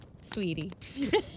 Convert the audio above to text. Sweetie